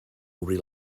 obrir